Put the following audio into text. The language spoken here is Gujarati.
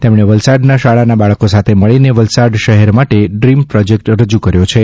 તેમણે વલસાડના શાળાના બાળકો સાથે મળીને વલસાડ શશહેર માટે ડ્રીમ પ્રોજેક્ટ રજૂ કર્યો છે